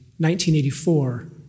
1984